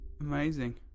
amazing